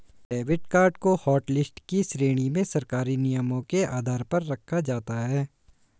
debit card को hotlist की श्रेणी में सरकारी नियमों के आधार पर रखा जाता है